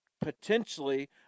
potentially